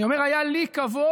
אני אומר שהיה לי לכבוד